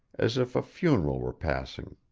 as if a funeral were passing.